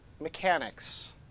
Mechanics